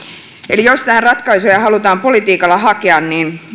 eli jos tähän ratkaisuja halutaan politiikalla hakea